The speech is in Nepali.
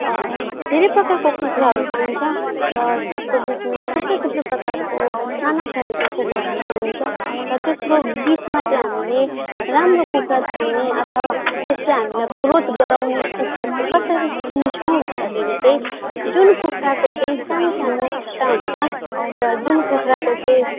धेरै प्रकारको कुखुराहरू पाइन्छ र त्यसको बिचमा थुप्रै थुप्रै प्रकारको नाना थरीको कुखुराहरू पाइन्छ र त्यसको बिचमा चाहिँ हामीले राम्रो कुखरा छान्ने अथवा त्यसले हामीलाई ग्रोथ गराउने कुखुरा चाहिँ कसरी चिन्छौँ भन्दाखेरि चाहिँ जुन कुखुराको चाहिँ सानोसानो खुट्टा हुन्छ र जुन कुखुरा चाहिँ